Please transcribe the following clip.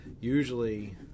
usually